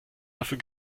dafür